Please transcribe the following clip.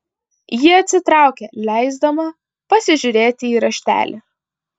ji atsitraukė leisdama pasižiūrėti į raštelį